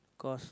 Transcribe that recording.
cause